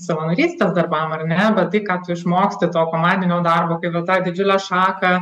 savanorystės darbam ar ne tai ką tu išmoksti to komandinio darbo kaip tu tą didžiulę šaką